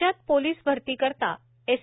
राज्यात पोलीस भरतीकरिता एस